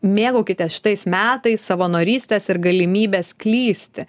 mėgaukitės šitais metais savanorystės ir galimybės klysti